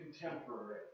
contemporary